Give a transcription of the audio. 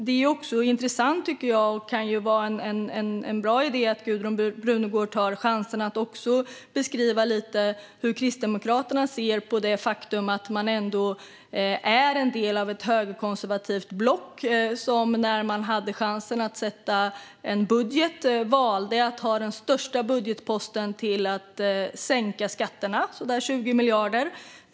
Det är intressant, och kan vara en bra idé, att Gudrun Brunegård tar chansen att beskriva lite hur Kristdemokraterna ser på det faktum att man ändå är en del av ett högerkonservativt block som när man hade chansen att sätta en budget valde att ta den största budgetposten till att sänka skatterna med omkring 20 miljarder.